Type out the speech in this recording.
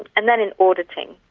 and then in auditing,